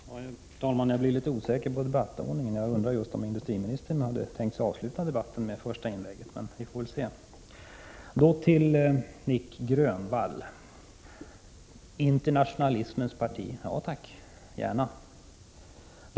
Herr talman! Jag blev litet osäker på debattordningen — kanske hade industriministern tänkt avsluta debatten i och med det första inlägget. Men vi får väl se hur det blir med den saken. Så till Nic Grönvall som talar om internationalismens parti. Ja tack, gärna det!